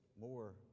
more